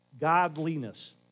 Godliness